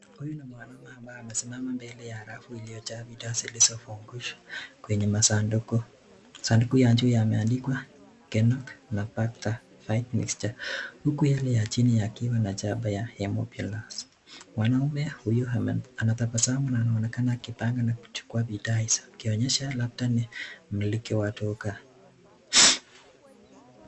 Huyu ni mwanaume aliyesimama mbele ya rafu iliyojaa dawa kwenye masanduku. Masanduku yameandikwa Kenol Mixture. Mwanaume huyu anatabasamu na anaonekana akipanga bidhaa hizo kuonyesha kua huenda ni mmiliki wa duka.